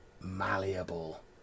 malleable